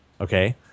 Okay